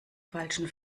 falschen